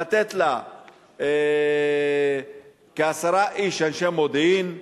לתת לה כעשרה איש אנשי מודיעין,